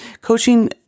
coaching